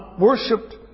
worshipped